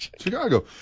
Chicago